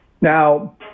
now